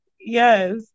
yes